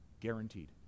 guaranteed